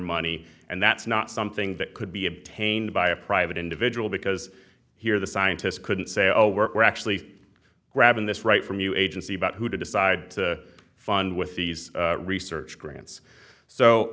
money and that's not something that could be obtained by a private individual because here the scientists couldn't say oh we're actually grabbing this right from you agency about who to decide to fund with these research grants so